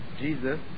Jesus